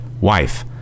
wife